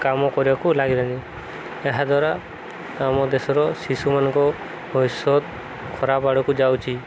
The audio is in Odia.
କାମ କରିବାକୁ ଲାଗିଲେଣି ଏହାଦ୍ୱାରା ଆମ ଦେଶର ଶିଶୁମାନଙ୍କ ଭବିଷ୍ୟତ ଖରାପ ଆଡ଼କୁ ଯାଉଛି